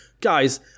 Guys